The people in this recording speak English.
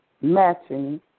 matching